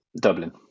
Dublin